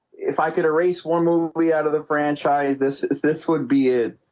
if i could erase one movie out of the franchise this this would be it